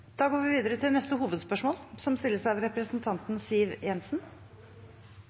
går da videre til neste hovedspørsmål. Finansieringsmodellen for bygging av